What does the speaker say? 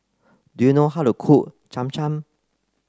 do you know how to cook Cham Cham